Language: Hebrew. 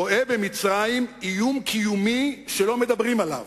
רואה במצרים איום קיומי שלא מדברים עליו.